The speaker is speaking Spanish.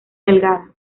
delgada